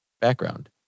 background